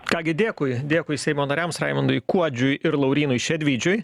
ką gi dėkui dėkui seimo nariams raimondui kuodžiui ir laurynui šedvydžiui